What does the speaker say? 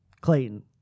Clayton